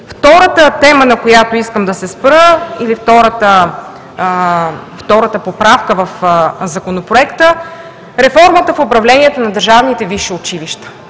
Втората тема, на която искам да се спра, или втората поправка в Законопроекта – реформата в управлението на държавните висши училища.